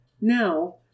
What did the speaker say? Now